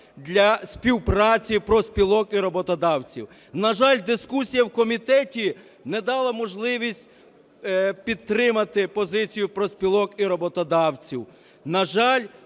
для співпраці профспілок і роботодавців. На жаль, дискусія в комітеті не дала можливість підтримати позицію профспілок і роботодавців.